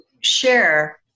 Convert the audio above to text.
share